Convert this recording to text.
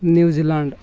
New Zealand